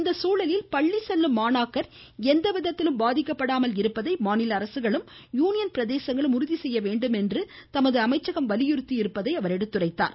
இந்த சூழலில் பள்ளி செல்லும் மாணாக்கர் எவ்விதத்திலும் பாதிக்கப்படாமல் இருப்பதை மாநில அரசுகளும் யூனியன் பிரதேசங்களும் உறுதி செய்ய வேண்டும் என்று தமது அமைச்சகம் வலியுறுத்தியிருப்பதையும் அவர் எடுத்துரைத்தார்